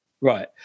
Right